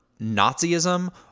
nazism